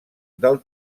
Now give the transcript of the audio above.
del